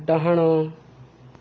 ଡାହାଣ